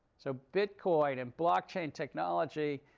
so bitcoin and blockchain technology,